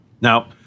Now